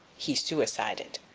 he suicided.